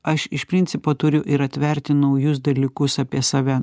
aš iš principo turiu ir atverti naujus dalykus apie save